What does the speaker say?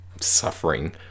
suffering